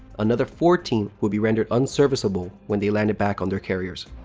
another fourteen will be rendered unserviceable when they landed back on their carriers.